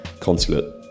consulate